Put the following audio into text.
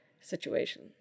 situation